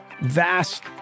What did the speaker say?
Vast